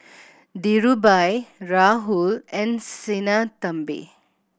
Dhirubhai Rahul and Sinnathamby